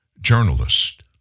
journalist